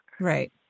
right